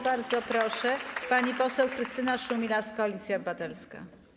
Bardzo proszę, pani poseł Krystyna Szumilas, Koalicja Obywatelska.